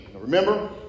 Remember